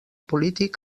polític